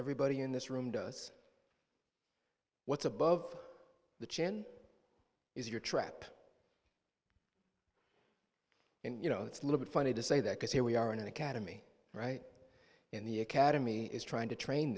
everybody in this room does what's above the chin is your trap and you know it's a little bit funny to say that because here we are in an academy right in the academy is trying to train